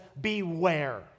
beware